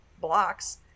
blocks